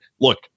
look